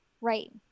Right